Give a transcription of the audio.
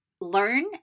learn